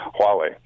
Huawei